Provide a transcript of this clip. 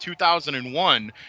2001